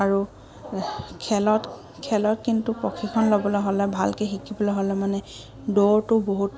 আৰু খেলত খেলত কিন্তু প্ৰশিক্ষণ ল'বলৈ হ'লে ভালকৈ শিকিবলৈ হ'লে মানে দৌৰটো বহুত